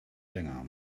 länger